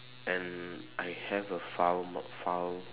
and I have a foul foul